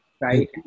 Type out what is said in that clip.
right